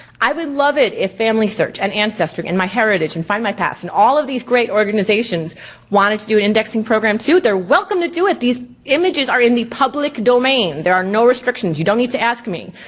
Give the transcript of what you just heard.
i would love it if familysearch and ancestry, and myheritage, and findmypast, and all of these great organizations wanted to do an indexing program too, they're welcome to do it. these images are in the public domain. there are no restrictions, you don't need to ask me.